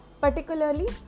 particularly